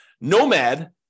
Nomad